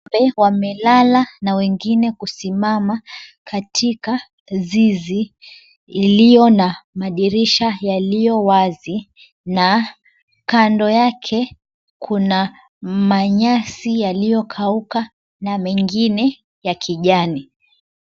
Ng'ombe wamelala na wengine kusimama. Katika zizi lililo na madirisha yaliyo wazi. Na kando yake Kuna manyasi yaliyokauka na mengine ya kijani.